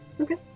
okay